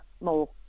more